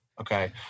Okay